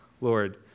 Lord